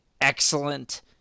excellent